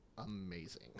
amazing